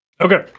Okay